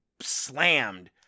slammed